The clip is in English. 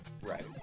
Right